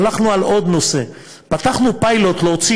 הלכנו על עוד נושא: פתחנו פיילוט להוציא